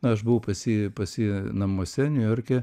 aš buvau pas jį pas jį namuose niujorke